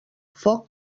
foc